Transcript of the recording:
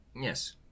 Yes